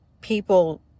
people